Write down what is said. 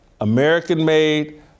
American-made